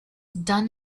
done